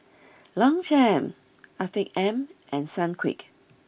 Longchamp Afiq M and Sunquick